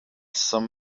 some